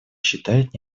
считает